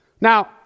Now